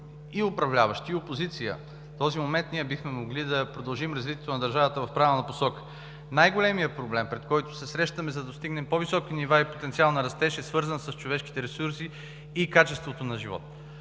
и управляващи, и опозиция този момент, ние бихме могли да продължим развитието на държавата в правилна посока. Най-големият проблем, пред който се срещаме, за да достигнем по-високи нива и потенциал на растеж, е свързан с човешките ресурси и качеството на живот.